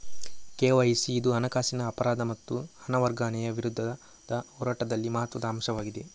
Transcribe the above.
KYC ಇಂದು ಹಣಕಾಸಿನ ಅಪರಾಧ ಮತ್ತು ಹಣ ವರ್ಗಾವಣೆಯ ವಿರುದ್ಧದ ಹೋರಾಟದಲ್ಲಿ ಮಹತ್ವದ ಅಂಶವಾಗಿದೆ